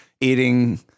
eating